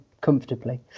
comfortably